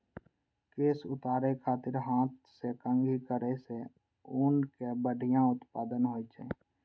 केश उतारै खातिर हाथ सं कंघी करै सं ऊनक बढ़िया उत्पादन होइ छै